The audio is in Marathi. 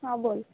हां बोल